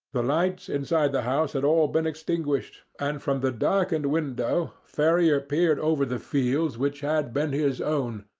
the lights inside the house had all been extinguished, and from the darkened window ferrier peered over the fields which had been his own,